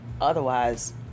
Otherwise